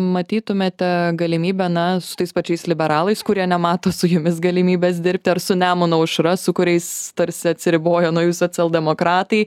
matytumėte galimybę na su tais pačiais liberalais kurie nemato su jumis galimybės dirbti ar su nemuno aušra su kuriais tarsi atsiribojo nuo jų socialdemokratai